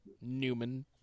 Newman